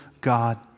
God